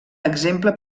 exemple